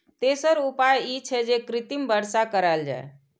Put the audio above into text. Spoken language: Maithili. तेसर उपाय ई छै, जे कृत्रिम वर्षा कराएल जाए